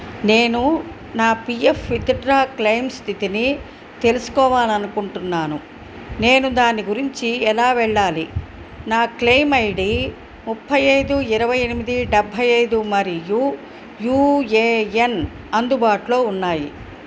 నేను నా P F withdraw claim స్థితిని తెలుసుకోవాలి అనుకుంటున్నాను నేను దాని గురించి ఎలా వెళ్ళాలి నా క్లెయిమ్ ఐ డీ ముప్పై ఐదు ఇరవై ఎనిమిది డబ్బై ఐదు మరియు యూ ఏ ఎన్ అందుబాటులో ఉన్నాయి